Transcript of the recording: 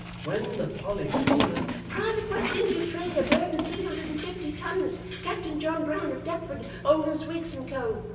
when the polyphemus private west india trader, burden three hundred and fifty tons, captain, john brown of deptford. owners, wiggs and co,